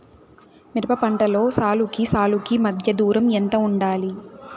మిరప పంటలో సాలుకి సాలుకీ మధ్య దూరం ఎంత వుండాలి?